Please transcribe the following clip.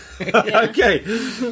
Okay